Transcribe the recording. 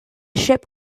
ship